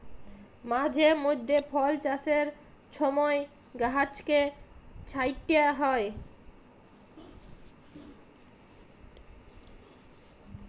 মাঝে মইধ্যে ফল চাষের ছময় গাহাচকে ছাঁইটতে হ্যয়